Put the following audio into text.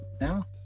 now